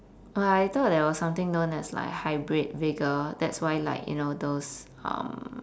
oh I thought there was something known as like hybrid vigour that's why like you know those um